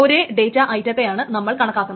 ഒരേ ഡേറ്റാ ഐറ്റത്തെയാണ് നമ്മൾ കണക്കാക്കുന്നത്